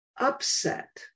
upset